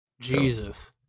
Jesus